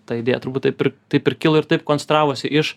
ta idėja turbūt taip ir taip ir kilo ir taip konstravosi iš